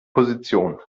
position